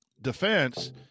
defense –